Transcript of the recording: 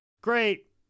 Great